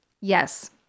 Yes